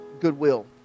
goodwill